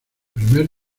primer